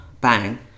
Bang